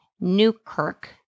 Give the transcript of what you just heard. Newkirk